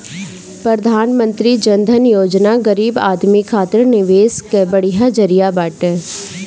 प्रधानमंत्री जन धन योजना गरीब आदमी खातिर निवेश कअ बढ़िया जरिया बाटे